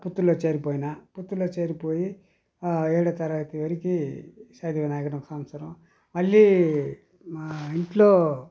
పుత్తూరులో చేరిపోయినా పుత్తూరులో చేరిపోయి ఏడవ తరగతి వరకు చదివిన ఇక్కడ ఒక సంవత్సరం మళ్లీ మా ఇంట్లో